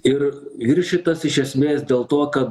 ir ir šitas iš esmės dėl to kad